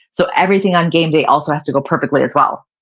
so everything on game day also has to go perfectly as well.